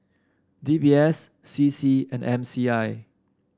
D B S C C and M C I